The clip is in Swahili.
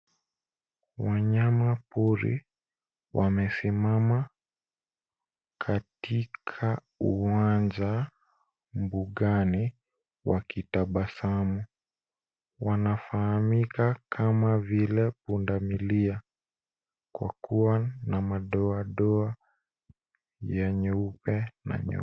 Wanyamapori wamesimama katika uwanja mbugani wakitabasamu. Wanafahamika kama vile pundamilia kwa kuwa na madoadoa ya nyeupe na nyeusi.